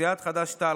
סיעת חד"ש-תע"ל,